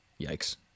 Yikes